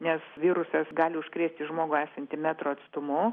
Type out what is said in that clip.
nes virusas gali užkrėsti žmogų esantį metro atstumu